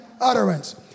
utterance